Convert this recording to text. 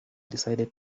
decided